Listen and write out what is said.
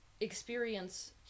experience